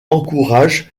encouragent